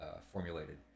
formulated